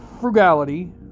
frugality